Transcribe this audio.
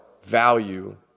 value